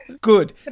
Good